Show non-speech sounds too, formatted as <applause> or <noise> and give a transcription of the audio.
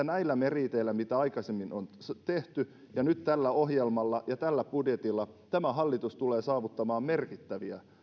<unintelligible> näillä meriiteillä mitä aikaisemmin on saavutettu ja nyt tällä ohjelmalla ja tällä budjetilla tulee saavuttamaan merkittäviä